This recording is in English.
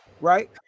right